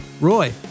Roy